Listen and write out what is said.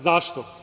Zašto?